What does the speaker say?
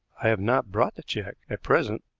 i have not brought the check at present.